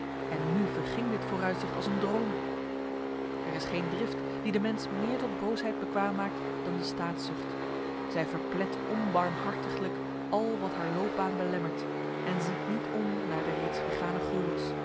en nu verging dit vooruitzicht als een droom er is geen drift die de mens meer tot boosheid bekwaam maakt dan de staatzucht zij verplet onbarmhartiglijk al wat haar loopbaan belemmert en ziet niet om naar de reeds begane gruwels